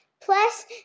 Plus